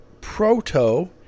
Proto